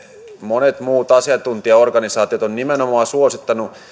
monet muut asiantuntijaorganisaatiot ovat nimenomaan suosittaneet